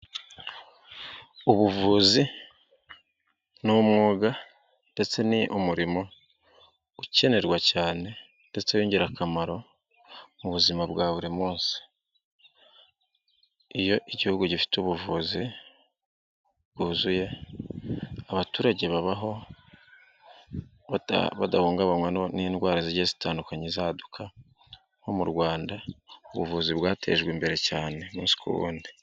Ubuvuzi ni umwuga ndetse ni umurimo ukenerwa cyane w'ingirakamaro mu buzima bwa buri munsi. Iyo igihugu gifite ubuvuzi bw'uzuye, abaturage baba badahungabanywa n'indwara zi zitandukanye zaduka nko mu Rwanda ubuvuzi bwatejwe imbere cyane umunsi ku wundi.